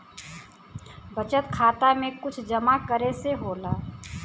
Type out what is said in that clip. बचत खाता मे कुछ जमा करे से होला?